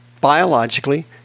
biologically